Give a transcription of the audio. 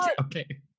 Okay